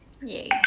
yay